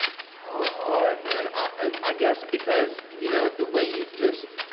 so hard, man. i guess because you know, the way you just